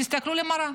תסתכלו למראה.